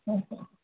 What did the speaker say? હં હં